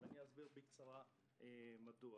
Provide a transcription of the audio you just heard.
ואסביר בקצרה מדוע.